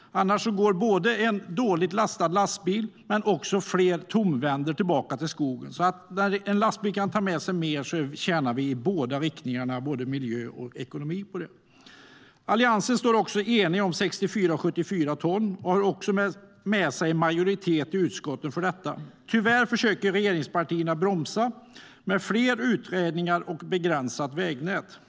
Annars går lastbilarna dåligt lastade, och fler tomvänder tillbaka till skogen. Om en lastbil kan ta med sig mer tjänar vi i båda riktningarna på det - både miljö och ekonomi. Alliansen står också enade om 64 och 74 tons lastbilar och har också med sig en majoritet i utskottet för detta. Tyvärr försöker regeringspartierna bromsa detta med fler utredningar och tillåta detta bara på ett begränsat vägnät.